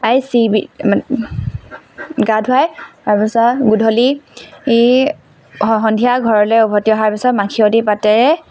প্ৰায় চি বিক মানে গা ধুৱাই তাৰপিছত গধূলি সন্ধিয়া ঘৰলৈ উভতি অহাৰ পিছত মাখিয়তি পাতেৰে